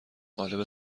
قالب